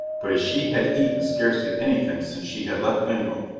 but as she had eaten scarcely anything since she had left bengal,